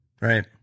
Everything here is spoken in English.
right